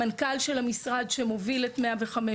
המנכ"ל של המשרד שמוביל את 105,